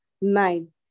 Nine